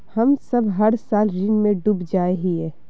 हम सब हर साल ऋण में डूब जाए हीये?